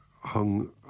hung